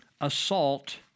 assault